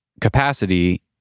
capacity